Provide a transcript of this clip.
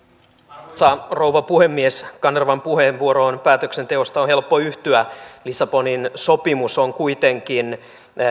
arvoisa rouva puhemies kanervan puheenvuoroon päätöksenteosta on helppo yhtyä lissabonin sopimus on kuitenkin